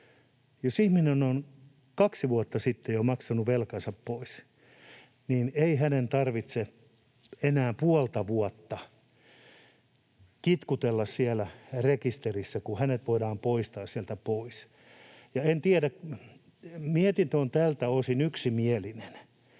Jos ihminen on kaksi vuotta sitten jo maksanut velkansa pois, niin ei hänen tarvitse enää puolta vuotta kitkutella siellä rekisterissä, kun hänet voidaan poistaa sieltä pois. Ja en tiedä — mietintö on tältä osin yksimielinen,